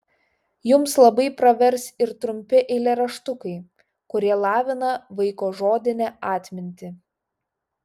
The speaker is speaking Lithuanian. jums labai pravers ir trumpi eilėraštukai kurie lavina vaiko žodinę atmintį